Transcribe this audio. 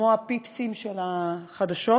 כמו הפיפסים של החדשות.